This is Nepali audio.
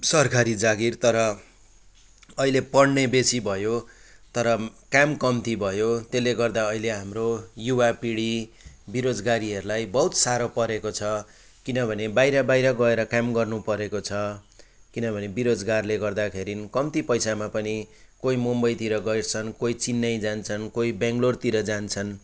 सरकारी जागिर तर अहिले पढ्ने बेसी भयो तर काम कम्ती भयो त्यसले गर्दा अहिले हाम्रो युवा पिँढी बेरोजगारीहरूलाई बहुत साह्रो परेको छ किनभने बाहिर बाहिर गएर काम गर्नु परेको छ किनभने बेरोजगारले गर्दाखेरि कम्ती पैसामा पनि कोही मुम्बईतिर गइरहछन् कोही चेन्नई जान्छन् कोही बेङ्लोरतिर जान्छन्